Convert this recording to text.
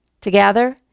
Together